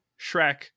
Shrek